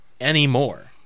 anymore